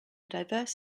diverse